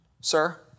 Sir